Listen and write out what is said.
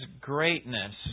greatness